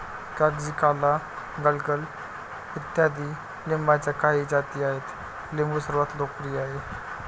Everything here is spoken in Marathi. कागजी, काला, गलगल इत्यादी लिंबाच्या काही जाती आहेत लिंबू सर्वात लोकप्रिय आहे